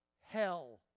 hell